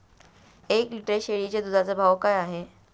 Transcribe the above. एक लिटर शेळीच्या दुधाचा भाव काय आहे?